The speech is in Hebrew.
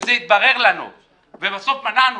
רשות ההגבלים העסקיים צריכה להתערב כי אסור לפי החוק לעשות